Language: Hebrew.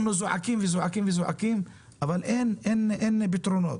אנחנו זועקים וזועקים וזועקים אבל אין פתרונות.